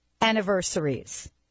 anniversaries